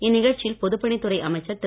இந்நிகழ்ச்சியில் பொதுப்பணித்துறை அமைச்சர் திரு